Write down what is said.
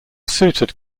suited